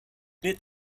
mit